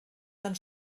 tan